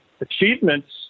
achievements